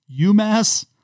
UMass